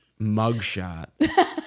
mugshot